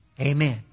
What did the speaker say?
Amen